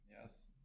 Yes